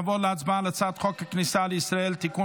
נעבור להצבעה על הצעת חוק הכניסה לישראל (תיקון